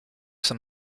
son